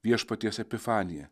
viešpaties epifanija